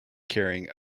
carrying